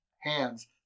hands